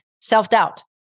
self-doubt